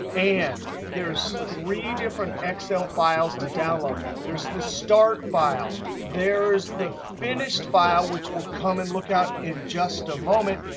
and there's three different excel files to download. there's the start file, there's the finished file, which we'll come and look at in just a moment,